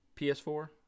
PS4